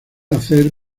hacer